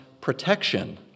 protection